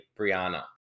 Brianna